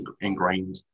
ingrained